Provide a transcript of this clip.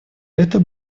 это